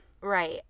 Right